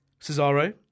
cesaro